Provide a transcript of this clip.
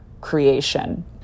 creation